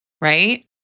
right